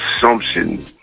assumption